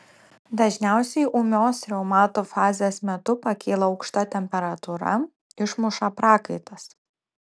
dažniausiai ūmios reumato fazės metu pakyla aukšta temperatūra išmuša prakaitas